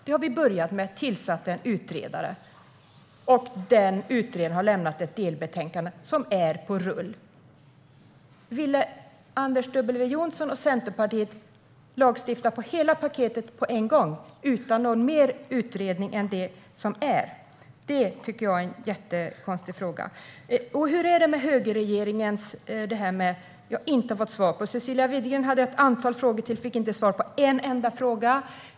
Vi har börjat med det och tillsatt en utredare. Den utredaren har lämnat ett delbetänkande som är på rull. Ville Anders W Jonsson och Centerpartiet lagstifta om hela paketet på en gång utan någon mer utredning än det som nu finns? Det tycker jag i så fall är konstigt. Hur är det med det här som jag inte har fått svar på från högern? Jag ställde ett antal frågor till Cecilia Widegren, men fick inte svar på en enda.